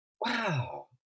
Wow